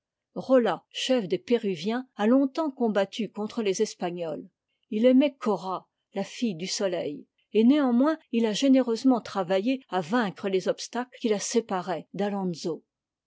rolla chef des péruviens a longtemps combattu contre les espagnols il aimait cora la fille du soleil et néanmoins il a généreusement travaillé à vaincre les obstacles qui la séparaient